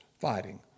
fighting